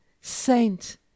Saint